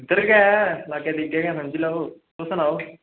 इद्धर गै लाह्गे गै समझी लैओ तुस सनाओ